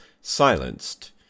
silenced